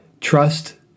trust